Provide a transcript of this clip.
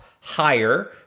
higher